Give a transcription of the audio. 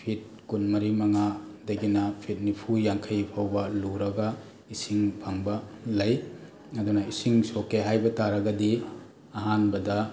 fit ꯀꯨꯟ ꯃꯔꯤ ꯃꯉꯥ ꯗꯒꯤꯅ ꯐꯤꯠ ꯅꯤꯐꯨ ꯌꯥꯡꯈꯩ ꯐꯥꯎꯕ ꯂꯨꯔꯒ ꯏꯁꯤꯡ ꯐꯪꯕ ꯂꯩ ꯑꯗꯨꯅ ꯏꯁꯤꯡ ꯁꯣꯛꯀꯦ ꯍꯥꯏꯕ ꯇꯥꯔꯒꯗꯤ ꯑꯍꯥꯟꯕꯗ